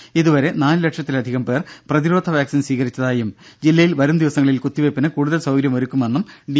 ജില്ലയിൽ ഇതുവരെ നാലു ലക്ഷത്തിലധികം പേർ പ്രതിരോധ വാക്സിൻ സ്വീകരിച്ചതായും വരുംദിവസങ്ങളിൽ കുത്തിവെയ്പ്പിന് കൂടുതൽ സൌകര്യം ഒരുക്കുമെന്നും ഡി